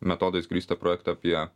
metodais grįstą projektą apie